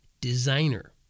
designer